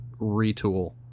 retool